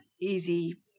easy